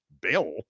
Bill